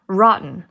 rotten